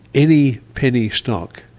any penny stock,